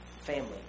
family